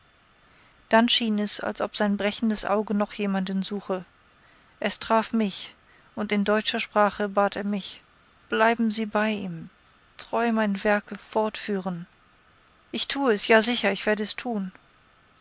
dann schien es als ob sein brechendes auge noch jemanden suche es traf mich und in deutscher sprache bat er mich bleiben sie bei ihm ihm treu mein werk fortführen ich tue es ja sicher ich werde es tun